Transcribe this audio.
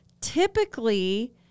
Typically